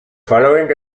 following